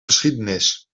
geschiedenis